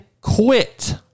quit